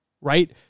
Right